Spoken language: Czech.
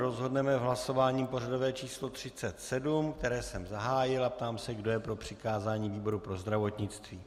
Rozhodneme v hlasování pořadové číslo 37, které jsem zahájil a ptám se, kdo je pro přikázání výboru pro zdravotnictví.